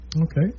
okay